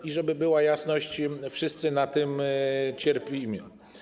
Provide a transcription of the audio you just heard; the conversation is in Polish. I żeby była jasność: wszyscy na tym cierpimy.